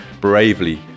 bravely